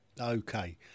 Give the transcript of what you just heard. Okay